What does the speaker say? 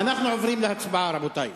אנחנו עוברים להצבעה, רבותי.